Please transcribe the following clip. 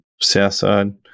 Southside